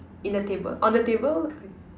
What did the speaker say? in the table on the table I